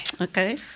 Okay